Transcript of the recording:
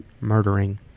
murdering